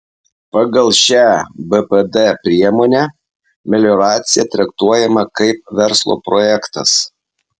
pagal šią bpd priemonę melioracija traktuojama kaip verslo projektas